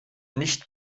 nicht